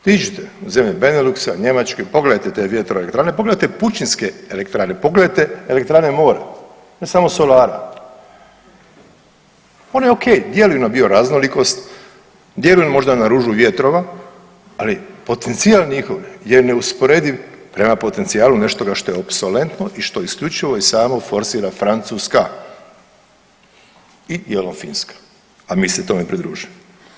Otiđite u zemlje Beneluxa, Njemačke pogledajte te vjertroelektrane, pogledajte pučinske elektrane, pogledajte elektrane mora, ne samo solara one ok, djeluju na bioraznolikost, djeluju možda na ružu vjetrova, ali potencijal njihov je neusporediv prema potencijalu neštoga što je opslolentno i što je isključivo i samo forsira Francuska i dijelom Finska, a mi se tome pridružujemo.